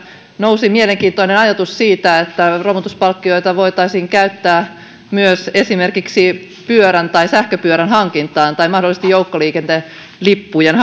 nousi mielenkiintoinen ajatus siitä että romutuspalkkioita voitaisiin käyttää myös esimerkiksi pyörän tai sähköpyörän hankintaan tai mahdollisesti joukkoliikenteen lippujen